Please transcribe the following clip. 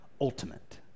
ultimate